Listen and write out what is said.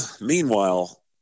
meanwhile